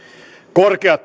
korkea